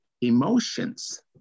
emotions